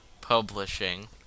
Publishing